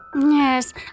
Yes